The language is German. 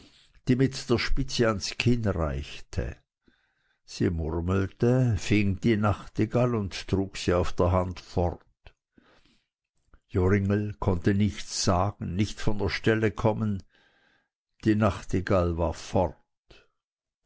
die mit der spitze ans kinn reichte sie murmelte fing die nachtigall und trug sie auf der hand fort joringel konnte nichts sagen nicht von der stelle kommen die nachtigall war fort